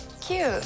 Cute